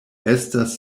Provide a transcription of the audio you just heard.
estas